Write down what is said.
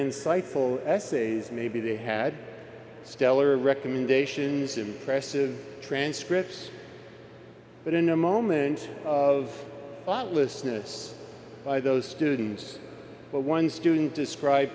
insightful essays maybe they had stellar recommendations impressive transcripts but in a moment of hot listening by those students one student describe